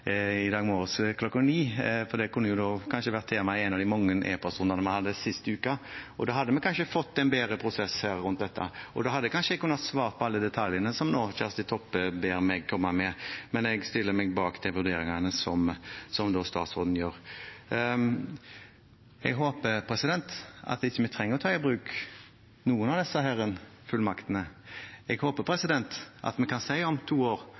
Det kunne kanskje ha vært tema i en av de mange e-postrundene vi hadde den siste uken. Da hadde vi kanskje fått en bedre prosess rundt dette, og da hadde jeg kanskje kunnet svare på alle detaljene som Kjersti Toppe ber meg komme med, men jeg stiller meg bak de vurderingene som statsråden gjør. Jeg håper at vi ikke trenger å ta i bruk noen av disse fullmaktene. Jeg håper at vi kan si om to år